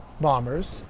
bombers